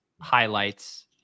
Highlights